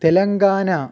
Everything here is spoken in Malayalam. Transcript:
തെലങ്കാന